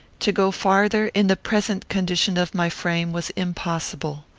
to go farther, in the present condition of my frame, was impossible.